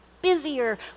Busier